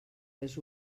les